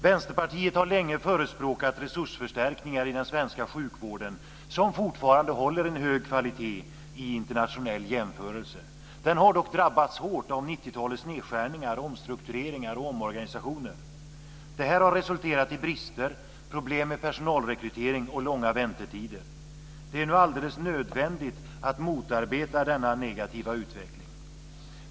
Vänsterpartiet har länge förespråkat resursförstärkningar i den svenska sjukvården, som fortfarande håller en hög kvalitet i internationell jämförelse. Den har dock drabbats hårt av 90-talets nedskärningar, omstruktureringar och omorganisationer. Detta har resulterat i brister, problem med personalrekrytering och långa väntetider. Det är nu alldeles nödvändigt att motarbeta denna negativa utveckling.